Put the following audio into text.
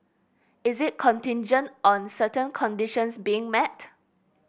is it contingent on certain conditions being met